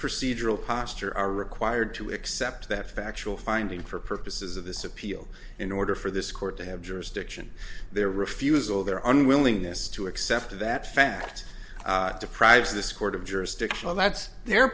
procedural posture are required to accept that factual finding for purposes of this appeal in order for this court to have jurisdiction their refusal their own willingness to accept that fact deprives